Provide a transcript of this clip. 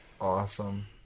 awesome